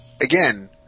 again